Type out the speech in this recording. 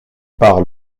par